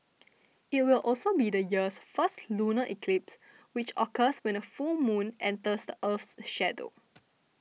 it will also be the year's first lunar eclipse which occurs when a full moon enters the Earth's shadow